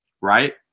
right